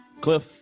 Cliff